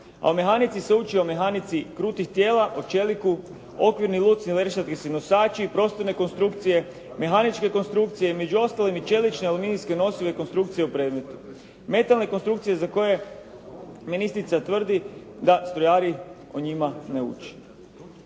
A u mehanici se uči o mehanici krutih tijela, o čeliku, okvirni …/Govornik se ne razumije./… nosači, prostorne konstrukcije, mehaničke konstrukcije, među ostalim i čelične aluminijske i nosive konstrukcije u predmetu, metalne konstrukcije za koje ministrica tvrdi da strojari o njima ne uči.